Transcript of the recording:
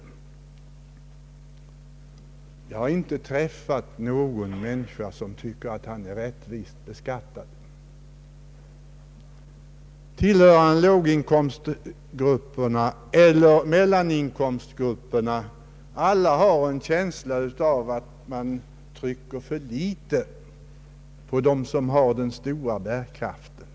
Jag har inte träffat någon människa som tycker att han är rättvist beskattad. Alla, vare sig de tillhör låginkomstgrupperna eller mellaninkomstgrupperna, har en känsla av att man trycker för litet på dem som har den stora bärkraften.